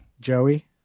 Joey